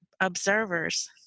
observers